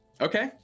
Okay